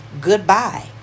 goodbye